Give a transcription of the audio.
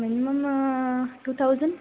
minimum two thousand